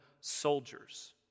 soldiers